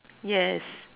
yes